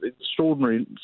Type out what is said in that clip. extraordinary